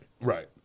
Right